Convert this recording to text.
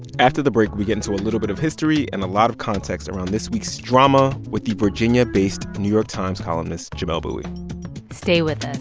after the break, we get into a little bit of history and a lot of context around this week's drama with the virginia-based new york times columnist jamelle bouie stay with